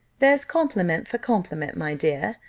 there's compliment for compliment, my dear.